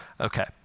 Okay